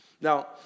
Now